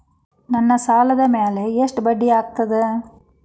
ನನ್ನ ಸಾಲದ್ ಮ್ಯಾಲೆ ಎಷ್ಟ ಬಡ್ಡಿ ಆಗ್ತದ?